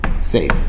safe